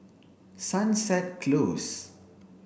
sunset close